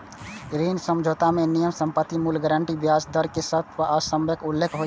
ऋण समझौता मे नियम, संपत्तिक मूल्य, गारंटी, ब्याज दर के शर्त आ समयक उल्लेख होइ छै